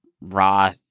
raw